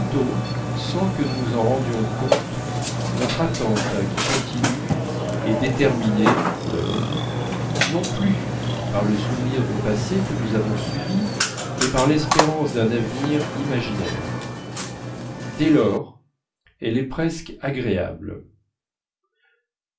sans que nous nous en rendions compte notre attente qui continue est déterminée nous l'avons vu non plus par le souvenir du passé que nous avons subi mais par l'espérance d'un avenir imaginaire dès lors elle est presque agréable